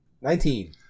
Nineteen